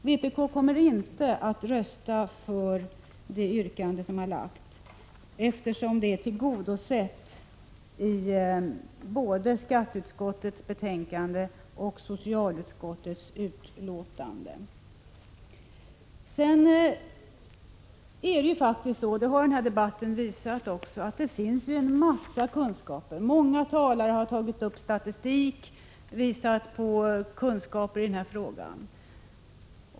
Vpk kommer inte att rösta för det yrkande som har framställts, eftersom det är tillgodosett i både skatteutskottets betänkande och socialutskottets yttrande. Det är faktiskt så — det har också den här debatten visat — att det finns en massa kunskaper. Många talare har tagit upp statistik och visat på kunskaper i frågan.